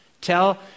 Tell